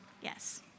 Yes